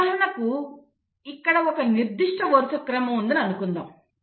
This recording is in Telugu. ఉదాహరణకు ఇక్కడ ఒక నిర్దిష్ట వరుసక్రమం ఉందని అనుకుందాం